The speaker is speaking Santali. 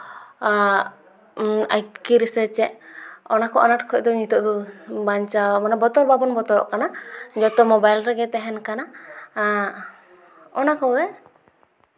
ᱟᱛᱠᱤᱨ ᱥᱮ ᱪᱮᱫ ᱚᱱᱟ ᱠᱚ ᱟᱱᱟᱴ ᱠᱷᱚᱡ ᱫᱚ ᱱᱤᱛᱳᱜ ᱫᱚ ᱵᱟᱧᱪᱟᱣ ᱢᱟᱱᱮ ᱵᱚᱛᱚᱨ ᱵᱟᱵᱚᱱ ᱵᱚᱛᱚᱨᱚᱜ ᱠᱟᱱᱟ ᱡᱚᱛᱚ ᱢᱳᱵᱭᱤᱞ ᱨᱮᱜᱮ ᱛᱟᱦᱮᱱ ᱠᱟᱱᱟ ᱚᱱᱟ ᱠᱚᱜᱮ